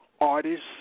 artists